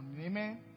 Amen